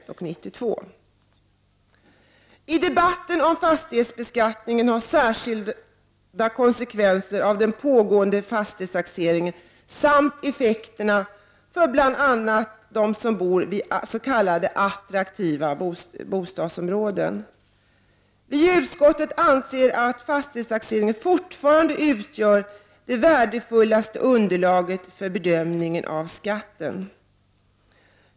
I debatten om fastighetsbeskattningen har särskilt konsekvenserna av den pågående fastighetstaxeringen samt effekterna för bl.a. dem som bor i s.k. attraktiva bostadsområden diskuterats. Utskottet anser att fastighetstaxeringen fortfarande utgör det värdefullaste underlaget för bedömningen av skatten.